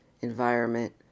environment